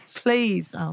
Please